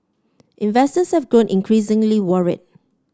investors have grown increasingly worried